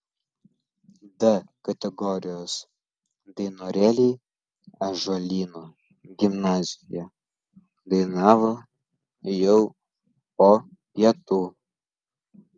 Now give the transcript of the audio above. d kategorijos dainorėliai ąžuolyno gimnazijoje dainavo jau po pietų